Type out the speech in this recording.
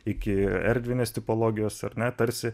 iki erdvinės tipologijos ar ne tarsi